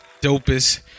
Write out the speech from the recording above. dopest